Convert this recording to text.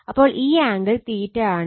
അപ്പോൾ ഈ ആംഗിൾ ആണ്